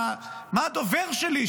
מה הדובר שלי,